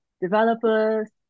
developers